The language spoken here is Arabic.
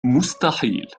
مستحيل